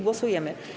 Głosujemy.